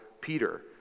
Peter